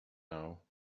now